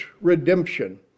redemption